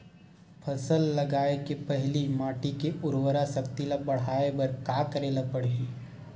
फसल लगाय के पहिली माटी के उरवरा शक्ति ल बढ़ाय बर का करेला पढ़ही?